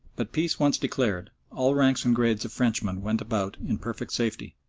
but peace once declared all ranks and grades of frenchmen went about in perfect safety.